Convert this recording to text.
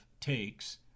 takes